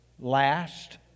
last